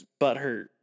butthurt